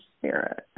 spirit